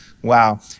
Wow